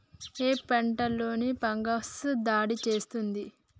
ఏ పంటలో ఫంగస్ దాడి చేస్తుంది?